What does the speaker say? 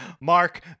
Mark